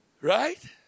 Right